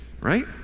Right